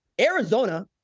Arizona